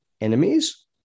enemies